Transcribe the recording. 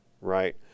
Right